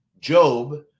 Job